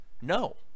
No